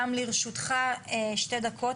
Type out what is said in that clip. לרשותך שתי דקות.